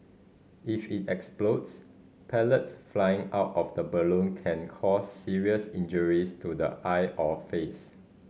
if it explodes pellets flying out of the balloon can cause serious injuries to the eye or face